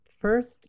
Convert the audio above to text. First